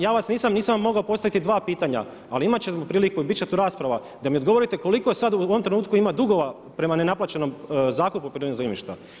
Ja vas nisam, nisam vam mogao postaviti dva pitanja, ali imat ćemo priliku, bit će tu rasprava, da mi odgovorite koliko sad u ovom trenutku ima dugova prema nenaplaćenom zakupu poljoprivrednog zemljišta.